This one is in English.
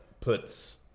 puts